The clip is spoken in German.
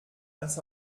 als